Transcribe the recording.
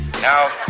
Now